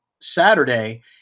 Saturday